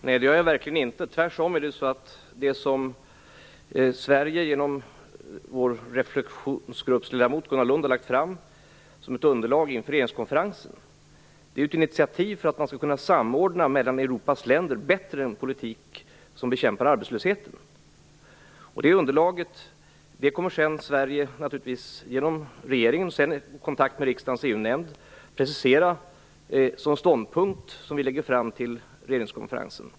Herr talman! Nej, det gör jag verkligen inte - tvärtom. Det som Sverige genom vår reflexionsgruppsledamot, Gunnar Lund, har lagt fram som ett underlag inför regeringskonferensen är ett initiativ för att man mellan Europas länder bättre skall kunna samordna en politik som bekämpar arbetslösheten. Det underlaget kommer Sverige sedan genom regeringen och riksdagens EU-nämnd att precisera som den ståndpunkt som vi lägger fram till regeringskonferensen.